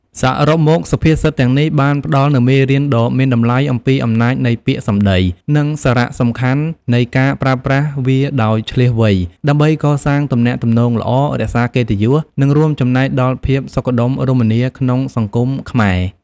សរុបមក សុភាសិតទាំងនេះបានផ្តល់នូវមេរៀនដ៏មានតម្លៃអំពីអំណាចនៃពាក្យសម្ដី និងសារៈសំខាន់នៃការប្រើប្រាស់វាដោយឈ្លាសវៃ ដើម្បីកសាងទំនាក់ទំនងល្អ រក្សាកិត្តិយស និងរួមចំណែកដល់ភាពសុខដុមរមនាក្នុងសង្គមខ្មែរ។